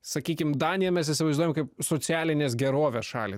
sakykim daniją mes įsivaizduojam kaip socialinės gerovės šalį